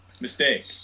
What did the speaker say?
mistake